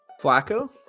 Flacco